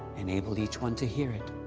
enable each one to hear it.